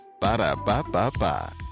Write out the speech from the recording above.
Ba-da-ba-ba-ba